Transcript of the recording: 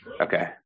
Okay